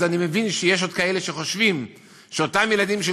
אני מבין שיש עוד כאלה שחושבים שאותם ילדים של